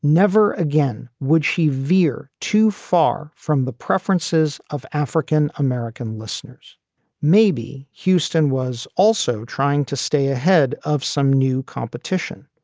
never again would she veer too far from the preferences of african american listeners maybe houston was also trying to stay ahead of some new competition.